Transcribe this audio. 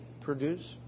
produce